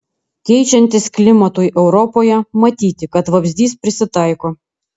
keičiantis klimatui europoje matyti kad vabzdys prisitaiko